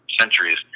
centuries